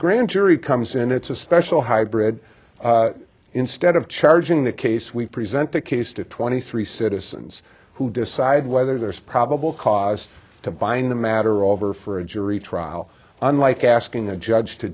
grand jury comes in it's a special hybrid instead of charging the case we present the case to twenty three citizens who decide whether there is probable cause to bind them matter over for a jury trial unlike asking a judge to